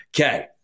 Okay